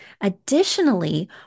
Additionally